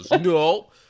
no